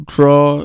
Draw